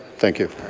thank you.